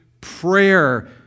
prayer